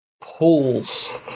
pulls